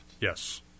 Yes